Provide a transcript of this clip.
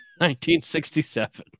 1967